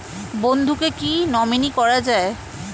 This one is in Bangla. বন্ধুকে কী নমিনি করা যায়?